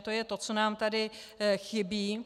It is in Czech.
To je to, co nám tady chybí.